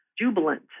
jubilant